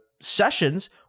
sessions